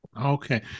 Okay